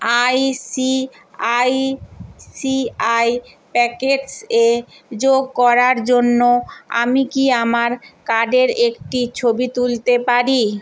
ICICI Pockets এ যোগ করার জন্য আমি কি আমার কার্ডের একটি ছবি তুলতে পারি